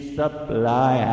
supply